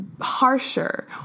harsher